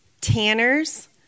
tanners